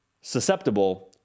susceptible